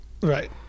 Right